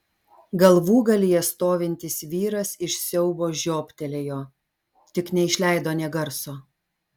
galvūgalyje stovintis vyras iš siaubo žiobtelėjo tik neišleido nė garso